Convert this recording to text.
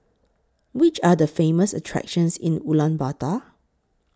Which Are The Famous attractions in Ulaanbaatar